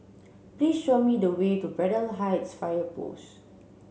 please show me the way to Braddell Heights Fire Post